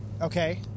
Okay